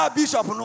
bishop